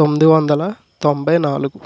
తొమ్మిది వందల తొంభై నాలుగు